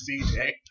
CJ